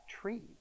tree